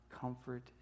comfort